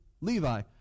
Levi